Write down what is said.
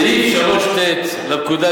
סעיף 3(ט) לפקודה,